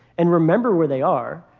and remember where they are.